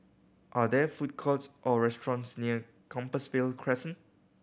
are there food courts or restaurants near Compassvale Crescent